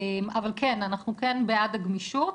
אבל, כן, אנחנו כן בעד הגמישות,